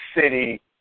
City